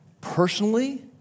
Personally